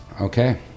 Okay